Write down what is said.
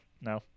No